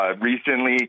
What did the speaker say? Recently